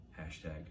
Hashtag